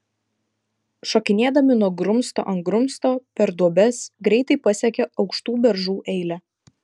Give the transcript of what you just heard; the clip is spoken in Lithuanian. šokinėdami nuo grumsto ant grumsto per duobes greitai pasiekė aukštų beržų eilę